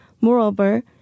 Moreover